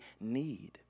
need